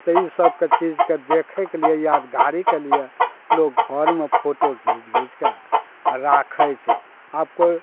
तऽ ई सबके चीजके देखैके लिए यादगारीके लिए लोग घरमे फोटो घीच घीच कऽ राखै छै आब कोइ